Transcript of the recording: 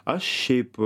aš šiaip